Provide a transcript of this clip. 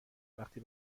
وقتی